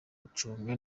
gucunga